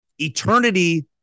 Eternity